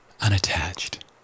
unattached